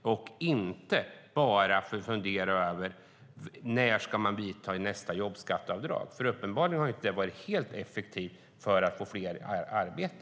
Man kan inte bara fundera över när man ska vidta nästa jobbskatteavdrag, för uppenbarligen har det inte varit helt effektivt för att få fler i arbete.